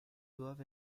doivent